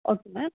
okay madam